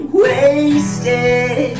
wasted